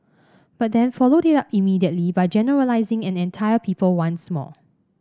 but then followed it up immediately by generalising an entire people once more